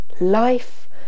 Life